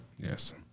Yes